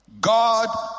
God